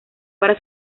para